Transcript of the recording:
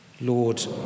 Lord